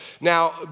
Now